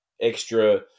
extra